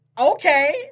okay